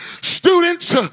students